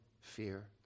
fear